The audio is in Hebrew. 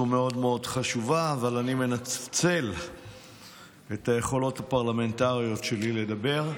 אבל אני מנצל את היכולות הפרלמנטריות שלי לדבר.